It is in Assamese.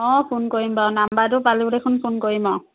অঁ ফোন কৰিম বাৰু নাম্বাৰটো পালোঁ দেখোন ফোন কৰিম অঁ